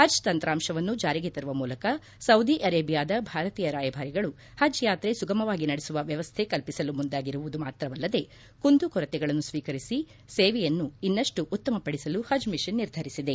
ಹಜ್ ತಂತ್ರಾಂಶವನ್ನು ಜಾರಿಗೆ ತರುವ ಮೂಲಕ ಸೌದಿ ಅರೇಬಿಯಾದ ಭಾರತೀಯ ರಾಯಭಾರಿಗಳು ಹಜ್ ಯಾತ್ರೆ ಸುಗಮವಾಗಿ ನಡೆಸುವ ವ್ಣವಸ್ಥೆ ಕಲ್ಪಿಸಲು ಮುಂದಾಗಿರುವುದು ಮಾತ್ರವಲ್ಲದೆ ಕುಂದು ಕೊರತೆಗಳನ್ನು ಸ್ವೀಕರಿಸಿ ಸೇವೆಯನ್ನು ಇನ್ನಷ್ಟು ಉತ್ತಮ ಪಡಿಸಲು ಹಜ್ ಮಿಷನ್ ನಿರ್ಧರಿಸಿದೆ